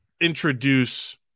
introduce